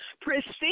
Pristine